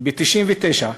ב-1999,